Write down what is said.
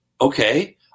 Okay